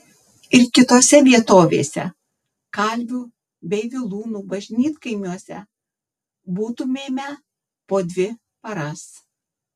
ir kitose vietovėse kalvių bei vilūnų bažnytkaimiuose būtumėme po dvi paras